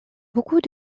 beaucoup